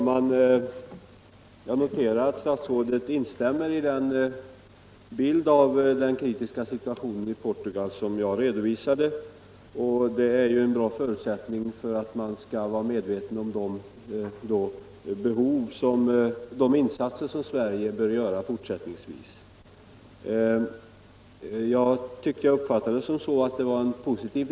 Nyligen inträffad skriftväxling mellan en vapenvägrare och kriminalvårdsstyrelsen aktualiserar frågan om kriminalvårdsstyrelsens tjänstemän har sådana instruktioner att följa att berörda kategori vapenvägrare behandlas på ett i alla avseenden korrekt sätt.